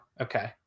Okay